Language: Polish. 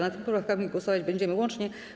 Nad tymi poprawkami głosować będziemy łącznie.